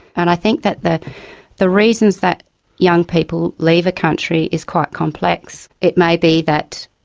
and i think that the the reasons that young people leave a country is quite complex it may be that,